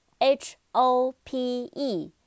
h-o-p-e